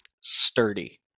Sturdy